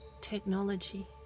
technology